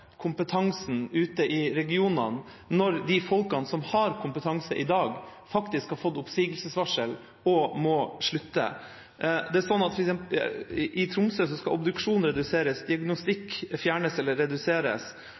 kompetansen ute i regionene, når de folkene som har kompetanse i dag, har fått oppsigelsesvarsel og må slutte. I Tromsø skal f.eks. antall obduksjoner reduseres og diagnostikk fjernes eller reduseres.